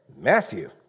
Matthew